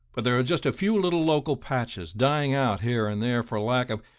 but there are just a few little local patches, dying out here and there for lack of